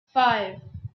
five